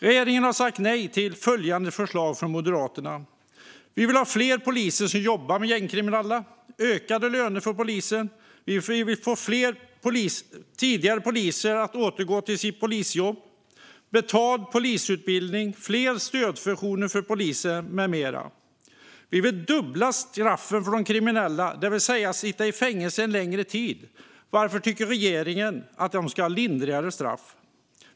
Regeringen har sagt nej till följande förslag från Moderaterna: Vi vill ha fler poliser som jobbar med gängkriminella och ökade löner för polisen. Vi vill få fler tidigare poliser att återgå till sitt polisjobb. Vi vill ha betald polisutbildning, fler stödfunktioner för polisen med mera. Vi vill dubbla straffen för de kriminella. De ska alltså sitta i fängelse under längre tid. Varför tycker regeringen att de ska ha lindrigare straff?